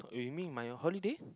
you mean my holiday